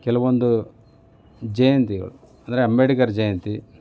ಕೆಲವೊಂದು ಜಯಂತಿಗಳು ಅಂದರೆ ಅಂಬೇಡ್ಕರ್ ಜಯಂತಿ